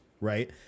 right